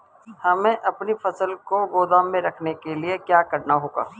हमें अपनी फसल को गोदाम में रखने के लिये क्या करना होगा?